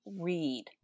read